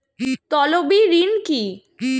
তলবি ঋন কি?